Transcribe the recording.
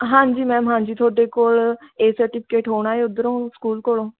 ਹਾਂਜੀ ਮੈਮ ਹਾਂਜੀ ਤੁਹਾਡੇ ਕੋਲ ਏ ਸਰਟੀਫਿਕੇਟ ਹੋਣਾ ਉੱਧਰੋਂ ਸਕੂਲ ਕੋਲੋਂ